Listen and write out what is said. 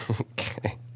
Okay